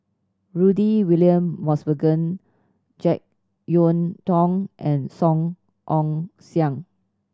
Rudy William Mosbergen Jek Yeun Thong and Song Ong Siang